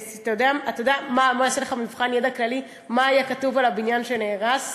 אני אעשה לך מבחן ידע כללי: מה היה כתוב על הבניין שנהרס?